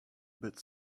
bit